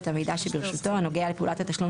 את המידע שברשותו הנוגע לפעולת התשלום